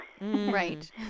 Right